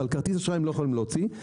אבל כרטיס אשראי הם לא יכולים להוציא.